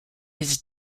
his